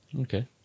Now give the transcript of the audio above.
Okay